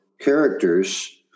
characters